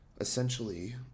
essentially